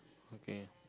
okay